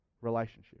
relationship